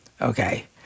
Okay